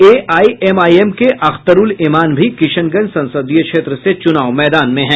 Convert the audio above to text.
AIMIM के अख्तरूल इमान भी किशनगंज संसदीय क्षेत्र से चूनाव मैदान में हैं